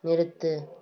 நிறுத்து